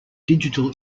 digital